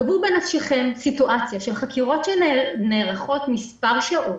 דמו בנפשכם סיטואציה של חקירות שנערכות מספר שעות.